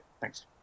Thanks